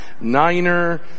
niner